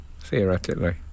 theoretically